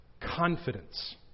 confidence